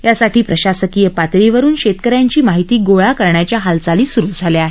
यासाठी प्रशासकीय पातळीवरून शेतकऱ्यांची माहिती गोळा करण्याच्या हालचाली सुरू झाल्या आहेत